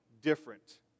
different